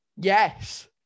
Yes